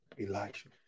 Elijah